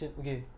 so